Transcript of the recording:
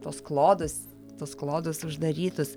tuos klodus tuos klodus uždarytus